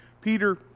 Peter